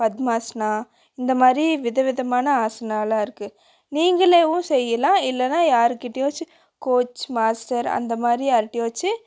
பத்மாசனா இந்த மாதிரி வித விதமான ஆசனாலாம் இருக்குது நீங்களாவும் செய்யலாம் இல்லைனா யார்க்கிட்டையாச்சிம் கோச் மாஸ்டர் அந்த மாதிரி யார்கிட்டயாச்சிம்